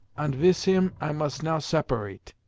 ant wis him i must now separate